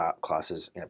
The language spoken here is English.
classes